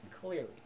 clearly